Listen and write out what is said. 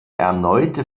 erneute